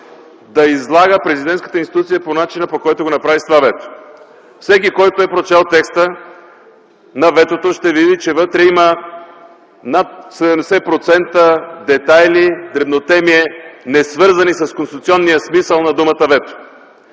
да излага президентската институция по начина, по който го направи с това вето! Всеки, който е прочел текста на ветото, ще види, че вътре има над 70% детайли, дребнотемие, несвързани с конституционния смисъл на думата